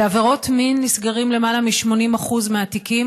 בעבירות מין נסגרים למעלה מ-80% מהתיקים